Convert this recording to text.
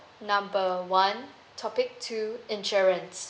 number one topic two insurance